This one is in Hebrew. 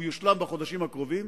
והוא יושלם בחודשים הקרובים,